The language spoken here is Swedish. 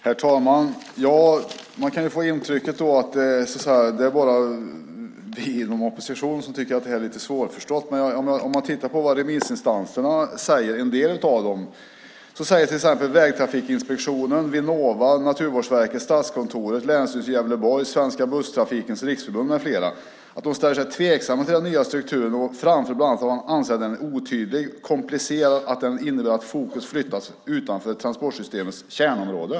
Herr talman! Man kan få intrycket att det bara är vi i oppositionen som tycker att det här är lite svårt att förstå. Men också några av remissinstanserna - till exempel Vägtrafikinspektionen, Vinnova, Naturvårdsverket, Statskontoret, länsstyrelsen i Gävleborg och Svenska Bussbranschens Riksförbund - säger att de ställer sig tveksamma till den nya strukturen. Bland annat anser de att den är otydlig och komplicerad och att den innebär att fokus flyttas utanför transportsystemets kärnområde.